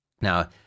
Now